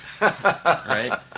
Right